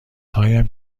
هایم